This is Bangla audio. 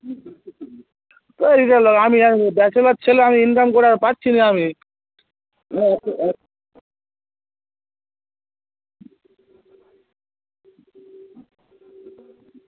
আমি এক ব্যাচেলার ছেলে আমি ইনকাম করে আর পারছি না আমি না